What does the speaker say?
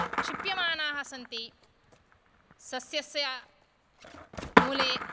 क्षिप्यमानाः सन्ति सस्यस्य मूले